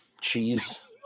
cheese